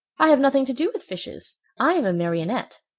i have nothing to do with fishes. i am a marionette.